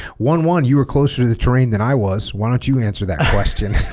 one one you were closer to the terrain than i was why don't you answer that question